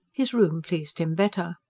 his room pleased him better.